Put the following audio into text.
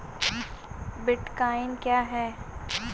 Bitcoin क्या है?